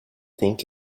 think